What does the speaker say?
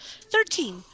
Thirteen